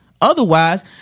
Otherwise